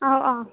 অঁ অঁ